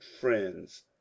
friends